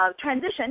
transition